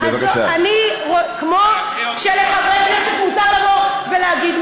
כמו שלחברי כנסת מותר לבוא ולהגיד,